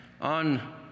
on